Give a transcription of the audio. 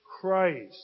Christ